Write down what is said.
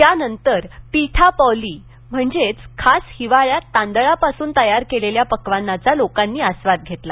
त्यानंतर पीठापौली म्हणजेच खास हिवाळ्यात तांदळापासून तयार केलेल्या पक्वान्नाचा लोकांनी आस्वाद घेतला